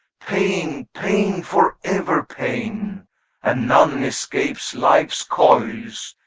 pain, pain for ever pain and none escapes life's coils.